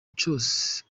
cyose